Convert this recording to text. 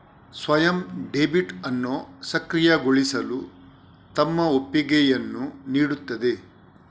ಸ್ವಯಂ ಡೆಬಿಟ್ ಅನ್ನು ಸಕ್ರಿಯಗೊಳಿಸಲು ತಮ್ಮ ಒಪ್ಪಿಗೆಯನ್ನು ನೀಡುತ್ತದೆ